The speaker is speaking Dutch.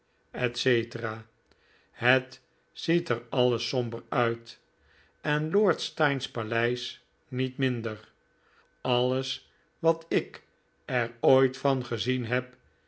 etc het ziet er alles somber uit en lord steyne's paleis niet minder alles wat ik er ooit van gezien heb